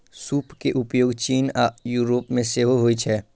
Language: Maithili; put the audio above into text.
सूप के उपयोग चीन आ यूरोप मे सेहो होइ छै